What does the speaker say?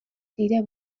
دیده